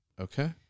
Okay